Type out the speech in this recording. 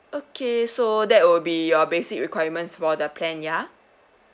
okay so that will be your basic requirements for the plan ya